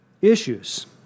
issues